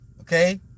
Okay